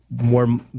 More